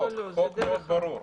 החוק מאוד ברור.